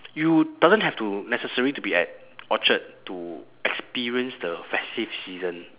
you doesn't have to necessary to be at orchard to experience the festive season